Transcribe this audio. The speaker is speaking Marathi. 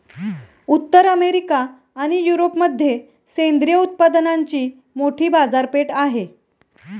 उत्तर अमेरिका आणि युरोपमध्ये सेंद्रिय उत्पादनांची मोठी बाजारपेठ आहे